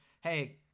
hey